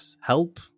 help